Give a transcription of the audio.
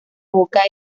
boca